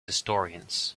historians